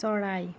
চৰাই